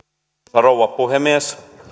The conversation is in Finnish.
rouva puhemies